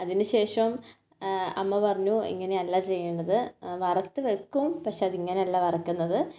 അതിനുശേഷം അമ്മ പറഞ്ഞു ഇങ്ങനെയല്ല ചെയ്യേണ്ടത് വറുത്ത് വെക്കും പക്ഷേ അത് ഇങ്ങനെയല്ല വറക്കുന്നത്